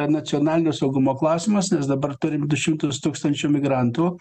nacionalinio saugumo klausimas nes dabar turim du šimtus tūkstančių migrantų